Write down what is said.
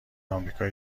آمریکای